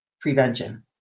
prevention